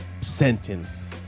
sentence